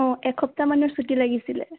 অঁ এসপ্তাহ মানৰ ছুটী লাগিছিল